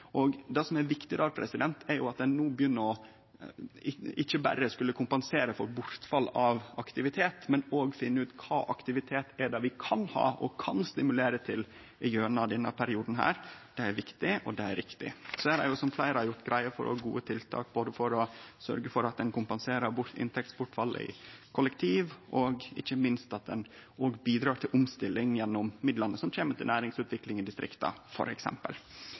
og idrettssektoren. Det som er viktig der, er at ein no begynner å ikkje berre skulle kompensere for bortfall av aktivitet, men òg ut finne ut kva aktivitet vi kan ha og stimulere til gjennom denne perioden. Det er viktig, og det er riktig. Så er det, som fleire har gjort greie for, òg gode tiltak for å sørgje for at ein kompenserer inntektsbortfall i kollektiv, og ikkje minst at ein bidreg til omstilling gjennom f.eks. midlane som kjem til næringsutvikling i distrikta.